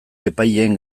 epaileen